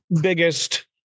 Biggest